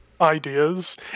ideas